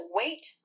wait